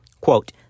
Quote